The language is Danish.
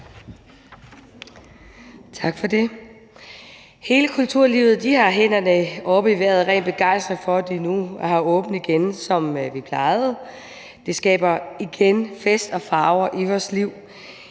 Tak for det. Hele kulturlivet har hænderne oppe i vejret af ren begejstring over, at der nu er åbent igen, som vi plejede at have. Det skaber igen fest og farver i vores liv.